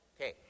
Okay